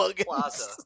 Plaza